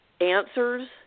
answers